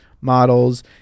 models